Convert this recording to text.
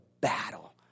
battle